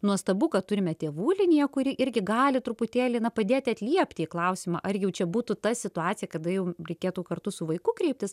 nuostabu kad turime tėvų liniją kuri irgi gali truputėlį na padėti atliepti į klausimą ar jau čia būtų ta situacija kada jau reikėtų kartu su vaiku kreiptis